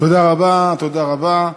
תודה רבה, תודה רבה.